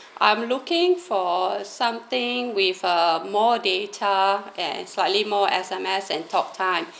I'm looking for something with uh more data and slightly more S_M_S and talk time